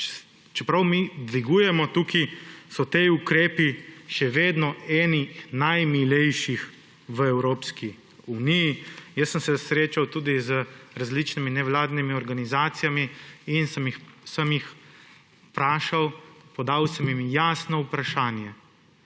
čeprav mi dvigujemo tukaj, so ti ukrepi še vedno enih najmilejših v Evropski uniji. Jaz sem se srečal tudi z različnimi nevladnimi organizacijami in sem jih vprašal, podal sem jim jasno vprašanje;